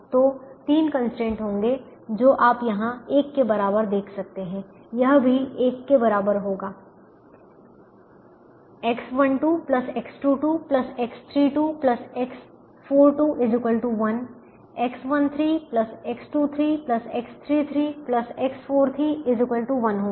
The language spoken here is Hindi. तो तीन कंस्ट्रेंट होंगे जो आप यहाँ 1 के बराबर देख सकते हैं यह भी 1 के बराबर होगा X12X22X32X42 1 X13X23X33X43 1 होंगे